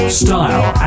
style